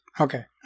Okay